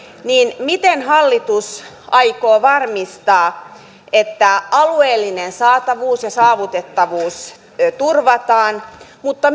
niin miten hallitus aikoo varmistaa että alueellinen saatavuus ja saavutettavuus turvataan mutta